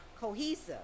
cohesive